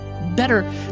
better